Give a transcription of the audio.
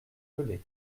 velay